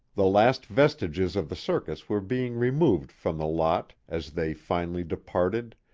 the last vestiges of the circus were being removed from the lot as they finally departed,